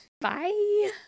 bye